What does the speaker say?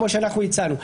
כמו שאנחנו הצענו.